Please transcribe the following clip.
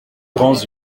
grands